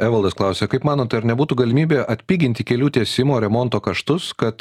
evaldas klausia kaip manot ar nebūtų galimybė atpiginti kelių tiesimo remonto kaštus kad